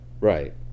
right